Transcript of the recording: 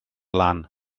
lan